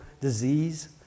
disease